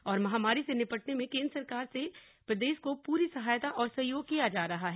और महामरी से निपटने में केंद्र सरकार से प्रदेश को पूरी सहायता और सहयोग किया जा रहा है